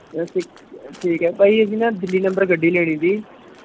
ਅਸੀਂ ਠੀਕ ਹੈ ਭਾਅ ਜੀ ਅਸੀਂ ਨਾ ਦਿੱਲੀ ਨੰਬਰ ਗੱਡੀ ਲੈਣੀ ਤੀ